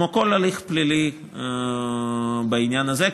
כמו בכל הליך פלילי בעניין הזה.